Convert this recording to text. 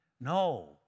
No